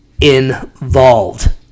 involved